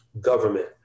government